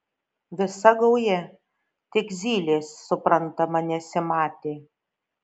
visa gauja tik zylės suprantama nesimatė